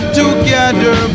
together